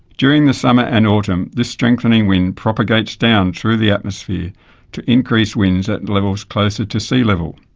during the summer and autumn this strengthening wind propagates down through the atmosphere to increase winds at levels closer to sea level.